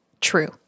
true